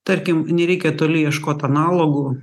tarkim nereikia toli ieškot analogų